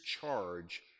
charge